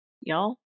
y'all